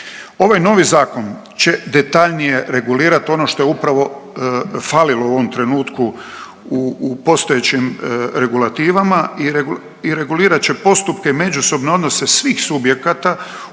Ovaj novi zakon će detaljnije regulirat ono što je upravo falilo u ovom trenutku u, u postojećim regulativama i regulirat će postupke međusobne odnose svih subjekata u